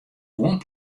guon